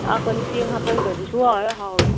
ꯍꯥꯞꯀꯅꯤ ꯆꯦꯡ ꯍꯥꯞꯐꯧꯗ꯭ꯔꯗꯤ ꯁꯨꯡꯍꯥꯎꯍꯦꯛ ꯍꯥꯎꯔꯣꯏ